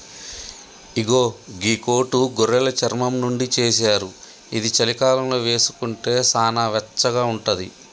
ఇగో గీ కోటు గొర్రెలు చర్మం నుండి చేశారు ఇది చలికాలంలో వేసుకుంటే సానా వెచ్చగా ఉంటది